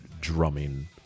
drumming